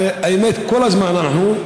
האמת כל הזמן אנחנו,